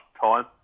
time